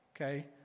okay